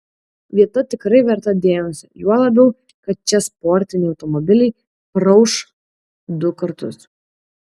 vieta tikrai verta dėmesio juo labiau kad čia sportiniai automobiliai praūš du kartus